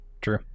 True